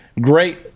great